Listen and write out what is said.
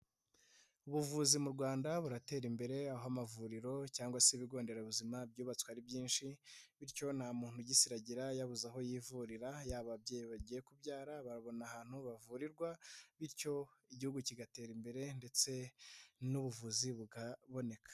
Ubuvuzi mu Rwanda buratera imbere aho amavuriro cyangwa se ibigo nderabuzima byubatswe ari byinshi bityo nta muntu ugisiragira yabuze aho yivurira, yaba ababyeyi bagiye kubyara babona ahantu bavurirwa bityo igihugu kigatera imbere ndetse n'ubuvuzi bukaboneka.